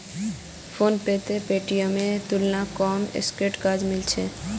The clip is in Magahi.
फोनपेत पेटीएमेर तुलनात कम स्क्रैच कार्ड मिल छेक